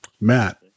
matt